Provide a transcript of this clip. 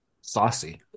Saucy